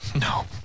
No